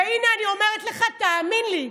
והינה, אני אומרת לך, תאמין לי,